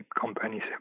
companies